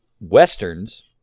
Westerns